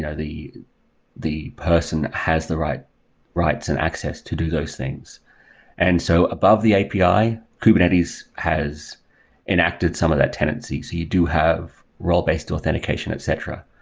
and the the person has the rights rights and access to do those things and so above the api, kubernetes has enacted some of that tenancy, so you do have role-based authentication, etc.